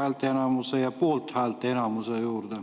häälteenamuse, poolthäälteenamuse juurde.